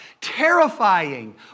terrifying